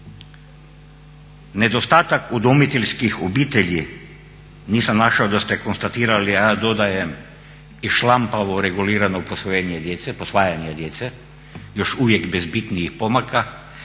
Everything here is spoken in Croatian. nedostatak udomiteljskih obitelji nisam našao da ste konstatirali, a ja dodajem i šlampavo reguliranog posvojenja djece još uvijek bez bitnijih pomaka